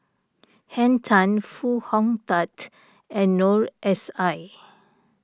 Henn Tan Foo Hong Tatt and Noor S I